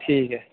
ठीक ऐ